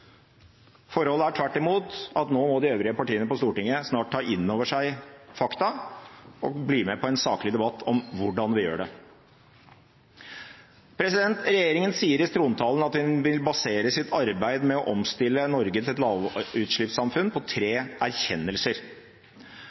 Forholdet er tvert imot at nå må de øvrige partiene på Stortinget snart ta inn over seg fakta og bli med på en saklig debatt om hvordan vi gjør det. Regjeringen sier i trontalen at den vil basere sitt arbeid med å omstille Norge til et lavutslippssamfunn på tre erkjennelser: